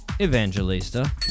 Evangelista